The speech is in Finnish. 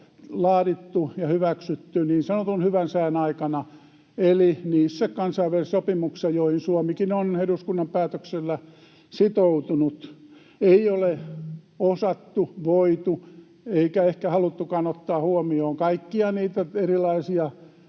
laadittu ja hyväksytty niin sanotun hyvän sään aikana, eli niissä kansainvälisissä sopimuksissa, joihin Suomikin on eduskunnan päätöksellä sitoutunut, ei ole osattu, voitu eikä ehkä haluttukaan ottaa huomioon kaikkia niitä erilaisia